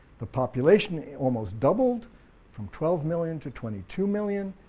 the population almost doubled from twelve million to twenty two million,